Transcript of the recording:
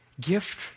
gift